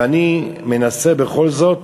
ואני מנסה בכל זאת